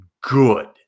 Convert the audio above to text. good